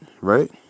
right